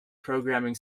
programming